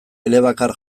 elebakar